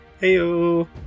Heyo